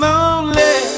Lonely